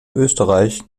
österreich